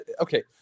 Okay